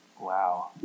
Wow